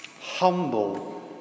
humble